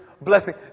blessing